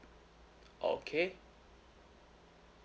okay